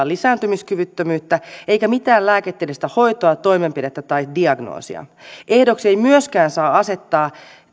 lisääntymiskyvyttömyyttä eikä mitään lääketieteellistä hoitoa toimenpidettä tai diagnoosia ehdoksi ei myöskään saa asettaa